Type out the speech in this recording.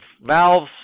valves